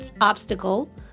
obstacle